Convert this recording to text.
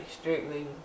strictly